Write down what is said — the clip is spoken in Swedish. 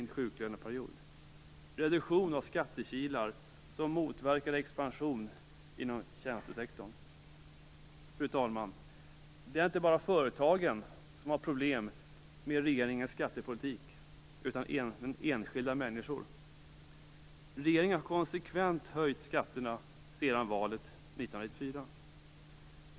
Det är inte bara företagen som har problem med regeringens skattepolitik. Det är också enskilda människor. Regeringen har konsekvent höjt skatterna sedan valet 1994.